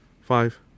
Five